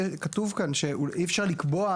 כתוב כאן שאי אפשר לקבוע,